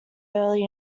early